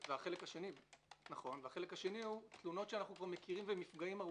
והחלק השני הוא תלונות שאנחנו מכירים במפגעים ארוכים.